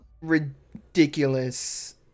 ridiculous